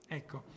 ecco